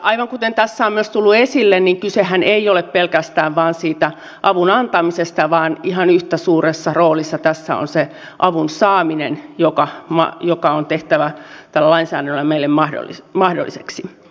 aivan kuten tässä on myös tullut esille niin kysehän ei ole pelkästään vain siitä avun antamisesta vaan ihan yhtä suuressa roolissa tässä on se avun saaminen joka on tehtävä tällä lainsäädännöllä meille mahdolliseksi